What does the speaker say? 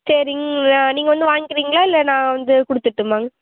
சரிங் நீங்கள் வந்து வாங்கிறீங்களா இல்லை நான் வந்து கொடுத்துடுட்டுமாங்க